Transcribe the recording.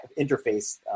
interface